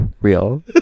real